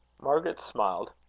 margaret smiled.